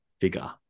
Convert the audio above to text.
figure